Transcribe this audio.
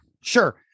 Sure